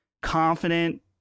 confident